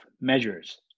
measures